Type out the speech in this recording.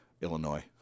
Illinois